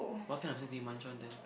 what kind of snacks do you munch on then